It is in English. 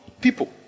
People